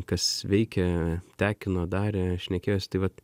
kas veikia tekino darė šnekėjosi tai vat